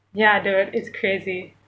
ya dude it's crazy